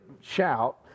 shout